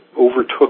overtook